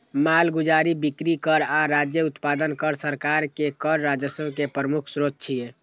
मालगुजारी, बिक्री कर आ राज्य उत्पादन कर सरकार के कर राजस्व के प्रमुख स्रोत छियै